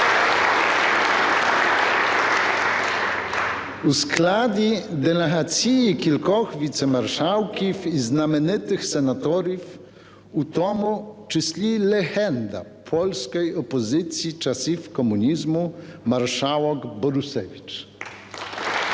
У складі делегації кілька віце-маршалків і знаменитих сенаторів, у тому числі легенда польської опозиції часів комунізму маршалок Борусевич.